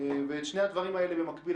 אחרי שני הדברים האלה במקביל,